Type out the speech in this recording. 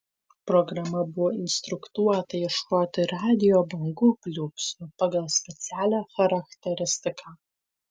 programa buvo instruktuota ieškoti radijo bangų pliūpsnių pagal specialią charakteristiką